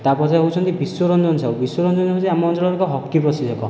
ତାପରେ ଯାଇ ହେଉଛନ୍ତି ବିଶ୍ଵ ରଞ୍ଜନ ସାହୁ ବିଶ୍ଵ ରଞ୍ଜନ ହେଉଛି ଆମ ଅଞ୍ଚଳର ଏକ ହକି ପ୍ରଶିକ୍ଷକ